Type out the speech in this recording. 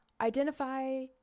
identify